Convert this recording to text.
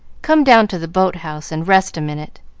come down to the boat-house and rest a minute.